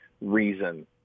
reason